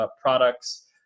products